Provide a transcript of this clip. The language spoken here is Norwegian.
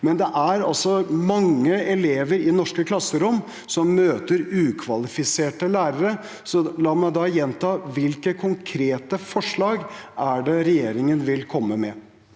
men det er altså mange elever i norske klasserom som møter ukvalifiserte lærere. La meg da gjenta: Hvilke konkrete forslag er det regjeringen vil komme med?